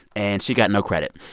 and she got no credit.